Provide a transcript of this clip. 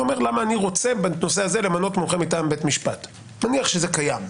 ואומר למה בנושא הזה אני רוצה מומחה מטעם בית משפט נניח שזה קיים.